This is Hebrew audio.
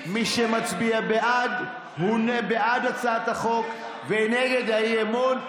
מי שמצביע בעד הוא בעד הצעת החוק ונגד האי-אמון,